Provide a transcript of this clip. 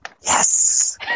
Yes